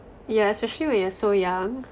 yeah especially when you're so young